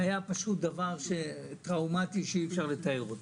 זה היה דבר טראומטי שאי-אפשר לתאר.